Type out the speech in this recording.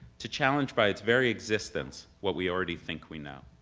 to challenge by its very existence what we already think we know.